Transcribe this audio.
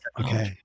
okay